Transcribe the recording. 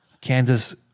Kansas